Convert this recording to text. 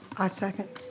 i second.